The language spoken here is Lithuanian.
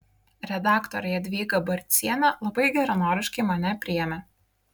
redaktorė jadvyga barcienė labai geranoriškai mane priėmė